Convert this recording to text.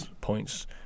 points